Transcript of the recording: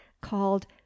called